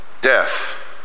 Death